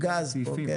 רק